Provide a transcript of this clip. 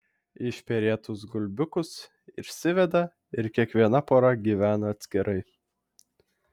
išperėtus gulbiukus išsiveda ir kiekviena pora gyvena atskirai